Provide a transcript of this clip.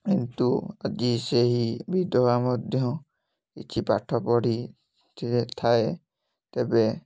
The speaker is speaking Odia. କିନ୍ତୁ ଆଜି ସେହି ବିଧବା ମଧ୍ୟ କିଛି ପାଠ ପଢ଼ିଥାଏ ତେବେ